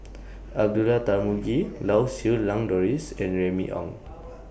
Abdullah Tarmugi Lau Siew Lang Doris and Remy Ong